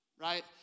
right